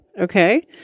okay